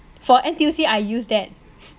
for N_T_U_C I use that